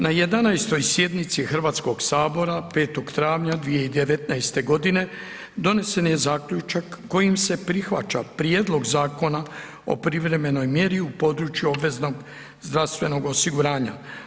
Na 11. sjednici Hrvatskoga sabora 5. travnja 2019. godine donesen je zaključak kojim se prihvaća Prijedlog zakona o privremenoj mjeri u području obveznog zdravstvenog osiguranja.